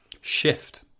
shift